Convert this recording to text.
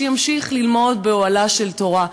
שימשיך ללמוד באוהלה של תורה.